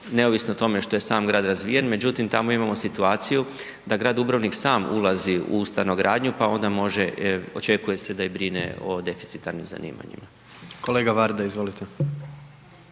neovisno o tome što je sam grad razvijen, međutim tamo imamo situaciju da grad Dubrovnik sam ulazi u stanogradnju pa onda može, očekuje se da i brine o deficitarnim zanimanjima. **Jandroković,